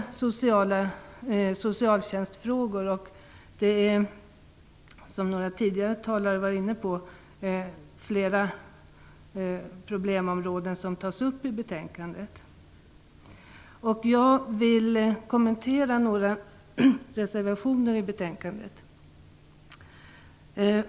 De berör olika socialtjänstfrågor, och det är, som några tidigare talare varit inne på, flera problemområden som tas upp i betänkandet. Jag vill kommentera några reservationer i betänkandet.